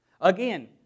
Again